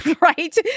right